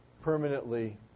permanently